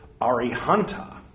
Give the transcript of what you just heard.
Arihanta